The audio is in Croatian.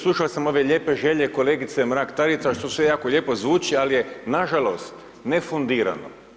Slušao sam ove lijepe želje kolegice Mrak Taritaš, to sve jako lijepo zvuči, ali je, nažalost, nefundirano.